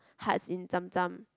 hearts in Tsum-Tsum